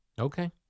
Okay